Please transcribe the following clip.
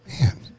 Man